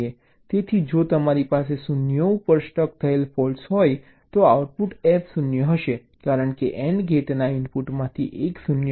તેથી જો મારી પાસે 0 ઉપર સ્ટક થયેલ ફૉલ્ટ્ હોય તો આઉટપુટ F 0 હશે કારણ કે AND ગેટના ઇનપુટમાંથી એક 0 છે